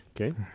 Okay